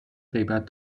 غیبت